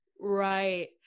right